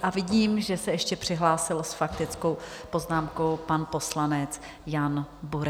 A vidím, že se ještě přihlásil s faktickou poznámkou pan poslanec Jan Bureš.